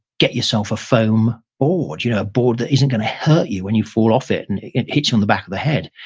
get yourself a foam or you know a board that isn't going to hurt you when you fall off it and it hits you on the back of the head.